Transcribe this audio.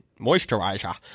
Moisturizer